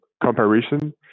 comparison